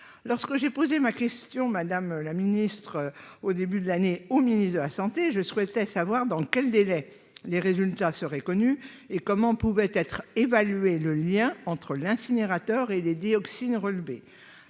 lorsque j'ai posé ma question, madame la ministre au début de l'année, au ministre de la Santé, je souhaitais savoir dans quel délai, les résultats seraient connus et comment pouvait être évalué le lien entre l'incinérateur et les dioxines, je